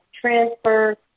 transfer